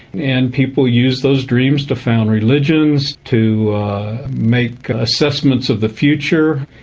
and people used those dreams to found religions, to make assessments of the future.